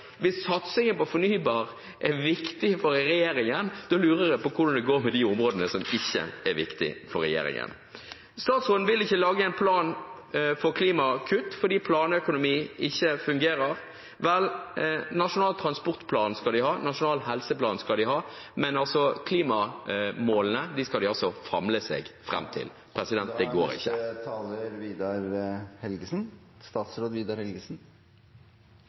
Hvis satsingen på fornybar er viktig for regjeringen, lurer jeg på hvordan det går med de områdene som ikke er viktige for regjeringen. Statsråden vil ikke lage en plan for klimakutt fordi planøkonomi ikke fungerer. Vel, Nasjonal transportplan skal de ha, Nasjonal helseplan skal de ha, men klimamålene skal de altså famle seg fram til. Jeg skal ikke